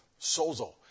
sozo